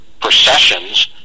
processions